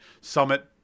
Summit